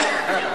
לא.